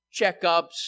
checkups